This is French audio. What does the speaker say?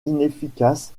inefficace